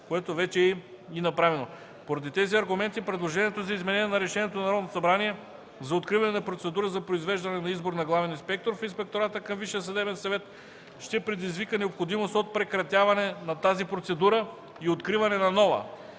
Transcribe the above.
което вече е и направено. Поради тези аргументи предложението за изменение на Решението на Народното събрание за откриване на процедура за произвеждане на избор на главен инспектор в Инспектората към Висшия съдебен съвет ще предизвиква необходимост от прекратяване на тази процедура и откриване на нова.